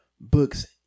books